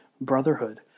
brotherhood